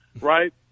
right